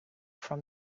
from